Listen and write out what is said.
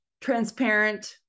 Transparent